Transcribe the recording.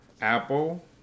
Apple